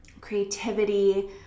creativity